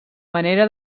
manera